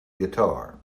guitar